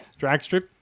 Dragstrip